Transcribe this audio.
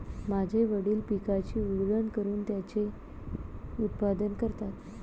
माझे वडील पिकाची उधळण करून त्याचे उत्पादन करतात